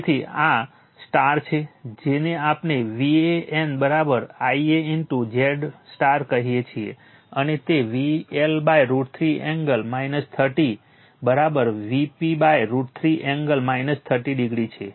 તેથી આ y છે જેને આપણે Van Ia Zy કહીએ છીએ અને તે VL√ 3 angle 30 Vp√ 3 angle 30o છે